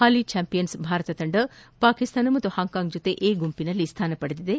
ಹಾಲಿ champions Bharat ತಂಡ ಪಾಕಿಸ್ತಾನ ಮತ್ತು Hong Kong ಜತೆ ಎ ಗುಂಪಿನಲ್ಲಿ ಸ್ಥಾನ ಪಡೆದಿವೆ